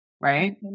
right